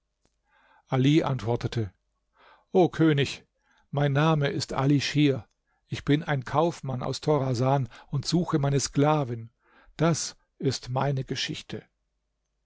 ali antwortete o könig mein name ist ali schir ich bin ein kaufmann aus torasan und suche meine sklavin das ist meine geschichte